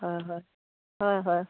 হয় হয় হয় হয়